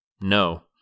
No